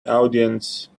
audience